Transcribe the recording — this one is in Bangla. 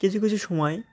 কিছু কিছু সময়